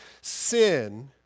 Sin